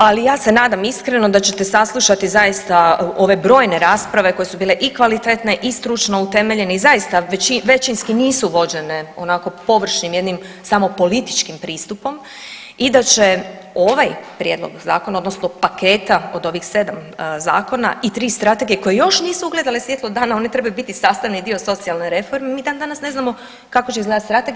Ali ja se nadam iskreno da ćete saslušati zaista ove brojne rasprave koje su bile i kvalitetne i stručno utemeljene i zaista većinski nisu vođene onako površnim jednim samo političkim pristupom i da će ovaj prijedlog zakona, odnosno paketa od ovih sedam zakona i tri strategije koje još nisu ugledale svjetlo dana one trebaju biti sastavni dio socijalne reforme mi dan danas ne znamo kako će izgledati strategija.